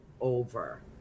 over